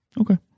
Okay